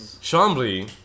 Chambly